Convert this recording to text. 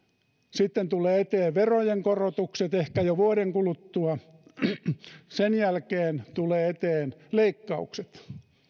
sitten tulevat eteen verojenkorotukset ehkä jo vuoden kuluttua sen jälkeen tulevat eteen leikkaukset